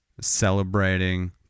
celebrating